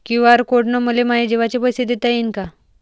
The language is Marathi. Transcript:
क्यू.आर कोड न मले माये जेवाचे पैसे देता येईन का?